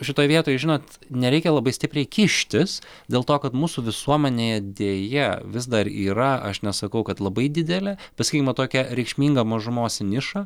šitoj vietoj žinot nereikia labai stipriai kištis dėl to kad mūsų visuomenėje deja vis dar yra aš nesakau kad labai didelė pasakykime tokia reikšminga mažumos niša